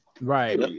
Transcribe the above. right